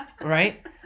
Right